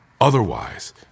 Otherwise